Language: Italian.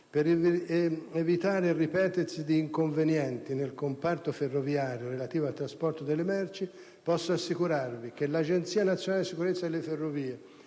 per evitare il ripetersi di inconvenienti nel comparto ferroviario relativo al trasporto delle merci, posso assicurarvi che l'Agenzia nazionale per la sicurezza delle ferrovie